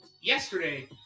yesterday